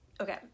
Okay